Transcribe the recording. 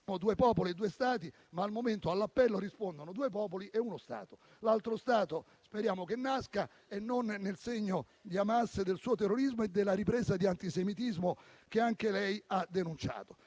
...Due Popoli e due Stati, ma al momento all'appello rispondono due popoli e uno Stato. Speriamo che l'altro Stato nasca e non nel segno di Hamas, del suo terrorismo e della ripresa di antisemitismo che anche lei ha denunciato.